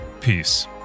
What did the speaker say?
Peace